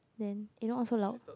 then eh not so loud